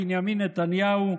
בנימין נתניהו,